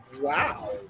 Wow